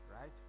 right